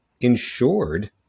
insured